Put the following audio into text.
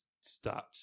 start